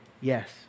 Yes